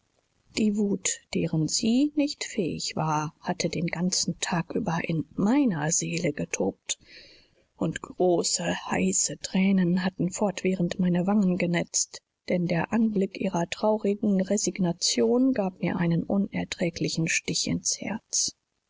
die wut deren sie nicht fähig war hatte den ganzen tag über in meiner seele getobt und große heiße thränen hatten fortwährend meine wangen genetzt denn der anblick ihrer traurigen resignation gab mir einen unerträglichen stich ins herz